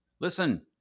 listen